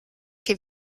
che